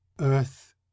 earth